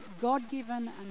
God-given